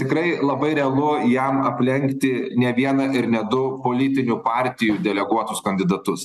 tikrai labai realu jam aplenkti ne vieną ir ne du politinių partijų deleguotus kandidatus